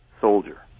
soldier